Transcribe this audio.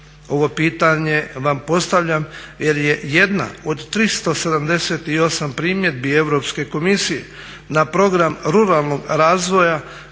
Ovo pitanje vam postavljam jer je jedna od 378 primjedbi Europske komisije na program ruralnog razvoja